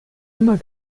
immer